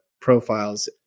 profiles